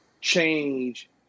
change